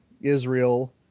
Israel